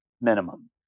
minimum